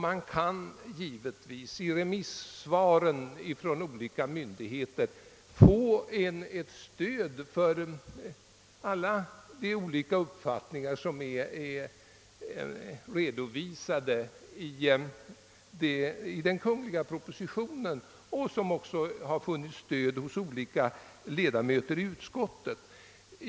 Man kan givetvis i remissvaren från olika myndigheter finna stöd för alla de olika uppfattningar som redovisats i den kungl. propositionen och som också har vunnit stöd hos olika ledamöter i utskottet.